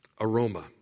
aroma